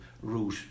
route